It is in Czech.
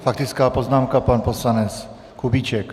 Faktická poznámka, pan poslanec Kubíček.